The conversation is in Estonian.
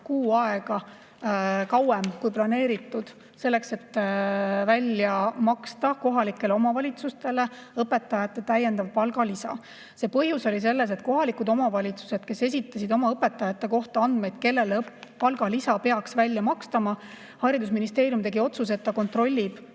kuu aega kauem, kui planeeritud, et välja maksta kohalikele omavalitsustele õpetajate palgalisa? Põhjus oli selles, et kohalikud omavalitsused esitasid andmeid oma õpetajate kohta, kellele palgalisa peaks välja makstama, ja haridusministeerium tegi otsuse, et ta kontrollib